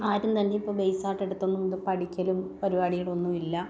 ആരും തന്നെ ഇപ്പോൾ ബേസായിട്ട് എടുത്തൊന്നും ഇത് പഠിക്കലും പരിപാടികളൊന്നും ഇല്ല